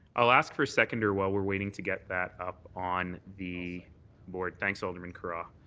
i'll ask for a seconder while we're waiting to get that up on the board. thanks, alderman carra.